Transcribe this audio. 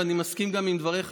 ואני מסכים גם לדבריך,